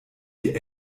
die